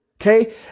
Okay